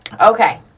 okay